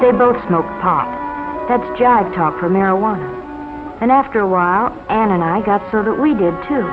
they both smoked pot that's just talk for marijuana and after a while and i got so that we did